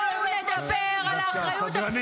חברות